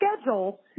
schedule